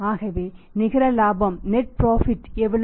ஆகவே net profit எவ்வளவு